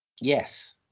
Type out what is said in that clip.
yes